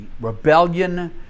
rebellion